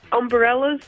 umbrellas